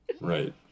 Right